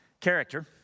character